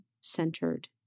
centered